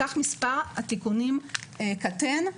כך מספר התיקונים קטן.